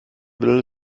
will